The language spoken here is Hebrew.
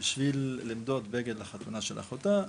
בשביל למדוד בגד לחתונה של אחותה,